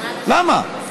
למה?